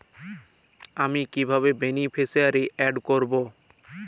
আমি কিভাবে beneficiary add করব?